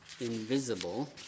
invisible